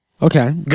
Okay